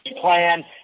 plan